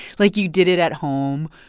like you did it at home,